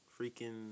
freaking